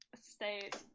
state